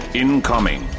incoming